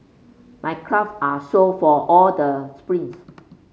my craft are sore for all the sprints